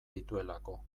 dituelako